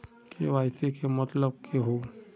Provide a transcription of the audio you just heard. KYC के मतलब केहू?